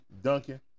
Duncan